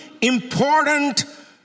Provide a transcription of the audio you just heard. important